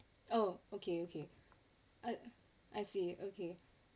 oh okay okay I I see okay